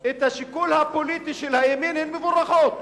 את השיקול הפוליטי של הימין, הן מבורכות.